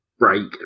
break